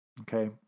okay